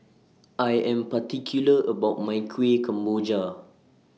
I Am particular about My Kuih Kemboja